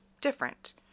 different